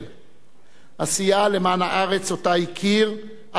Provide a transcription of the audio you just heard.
עשייה למען הארץ שאותה הכיר על כל שביליה,